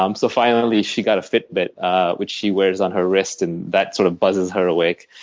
um so finally, she got a fit bit which she wears on her wrist and that sort of buzzes her awake.